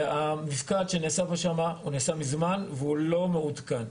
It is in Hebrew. המפקד שנעשה שם נעשה מזמן והוא לא מעודכן.